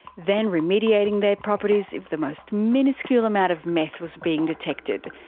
then remediating their properties if the most miniscule amount of meth was being detected,